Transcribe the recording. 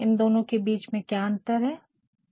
इन दोनों के बीच अंतर क्या है